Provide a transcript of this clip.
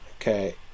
Okay